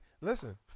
Listen